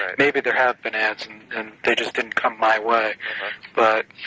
maybe there have been ads and they just didn't come my way but